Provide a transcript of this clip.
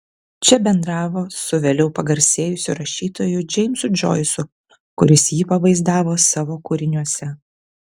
čia bendravo su vėliau pagarsėjusiu rašytoju džeimsu džoisu kuris jį pavaizdavo savo kūriniuose